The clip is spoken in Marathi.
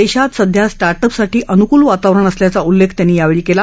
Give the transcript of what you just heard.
देशात सध्या स्टार्टअप साठी अनुकुल वातावरण असल्याचा उल्लेख त्यांनी यावेळी केला